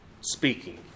speaking